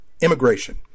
immigration